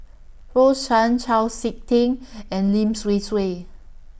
Rose Chan Chau Sik Ting and Lim Swee Say